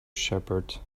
shepherd